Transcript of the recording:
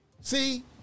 See